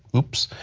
oops.